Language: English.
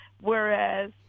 Whereas